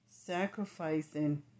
sacrificing